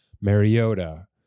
Mariota